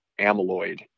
amyloid